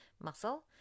muscle